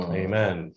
amen